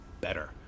better